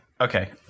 Okay